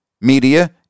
media